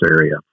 area